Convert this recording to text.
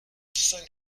cinq